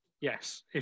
Yes